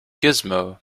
gizmo